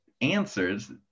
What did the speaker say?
answers